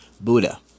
Buddha